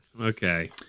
okay